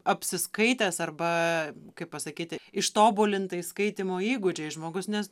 apsiskaitęs arba kaip pasakyti ištobulintais skaitymo įgūdžiais žmogus nes